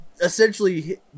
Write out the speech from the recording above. Essentially